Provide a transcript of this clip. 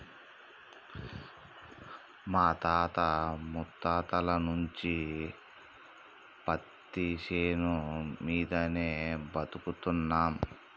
మా తాత ముత్తాతల నుంచి పత్తిశేను మీదనే బతుకుతున్నం